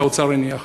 שהאוצר הניח,